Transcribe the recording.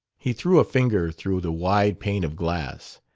he threw a finger through the wide pane of glass.